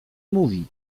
mówi